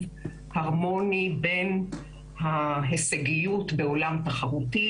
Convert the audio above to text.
הרמוני בין ההישגיות בעולם תחרותי,